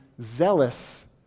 zealous